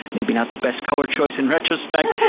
maybe not the best color choice in retrospect.